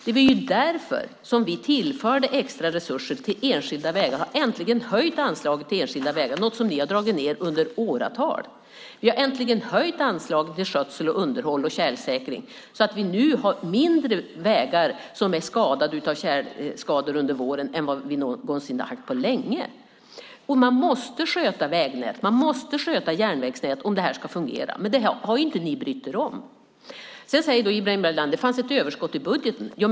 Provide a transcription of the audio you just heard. Det var ju därför vi tillförde extra resurser till enskilda vägar. Vi har äntligen höjt anslagen till enskilda vägar - något som ni har dragit ned under åratal. Vi har äntligen höjt anslagen till skötsel, underhåll och tjälsäkring, så att vi nu har färre vägar än på länge med tjälskador på våren. Man måste sköta vägnät. Man måste sköta järnvägsnät om de ska fungera. Men det har ni inte brytt er om. Sedan säger Ibrahim Baylan att det fanns ett överskott i budgeten.